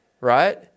right